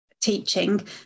teaching